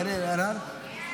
(קוראת בשמות חברי הכנסת)